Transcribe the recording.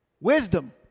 wisdom